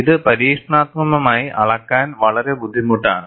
ഇത് പരീക്ഷണാത്മകമായി അളക്കാൻ വളരെ ബുദ്ധിമുട്ടാണ്